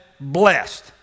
blessed